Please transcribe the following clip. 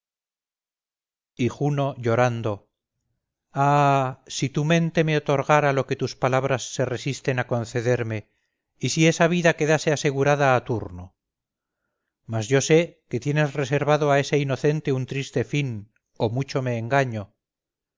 juno llorando ah si tu mente me otorgara lo que tus palabras se resisten a concederme y si esa vida quedase asegurada a turno mas yo sé que tienes reservado a ese inocente un triste fin o mucho me engaño